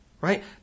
Right